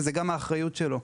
וזוהי גם האחריות שלו.